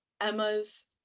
emma's